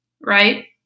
right